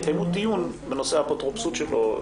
יקיימו דיון בנושא האפוטרופסות שלו.